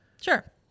Sure